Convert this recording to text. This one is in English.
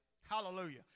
Hallelujah